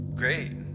great